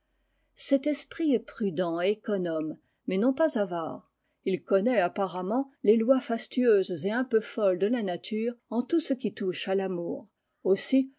cet esprit est prudent et économe mais non pas avare il connaît apparemment les lois fastueuses et un peu folles de la nature en tout ce qui touche à l'amour aussi